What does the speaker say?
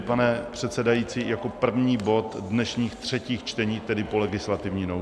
Pane předsedající, jako první bod dnešních třetích čtení, tedy po legislativní nouzi.